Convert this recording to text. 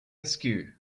askew